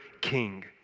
king